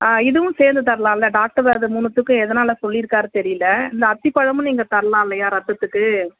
ஆ இதுவும் சேர்ந்து தரலாம்லே டாக்டர் அது மூணுத்துக்கும் எதனால் சொல்லிருக்காரு தெரியலை இந்த அத்திப்பழமும் நீங்கள் தரலாம் இல்லையா இரத்தத்துக்கு